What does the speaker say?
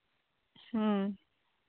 ᱦᱮᱸ